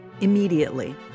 Immediately